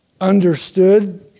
understood